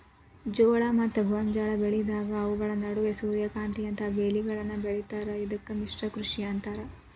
ಜೋಳ ಮತ್ತ ಗೋಂಜಾಳ ಬೆಳೆದಾಗ ಅವುಗಳ ನಡುವ ಸೂರ್ಯಕಾಂತಿಯಂತ ಬೇಲಿಗಳನ್ನು ಬೆಳೇತಾರ ಇದಕ್ಕ ಮಿಶ್ರ ಕೃಷಿ ಅಂತಾರ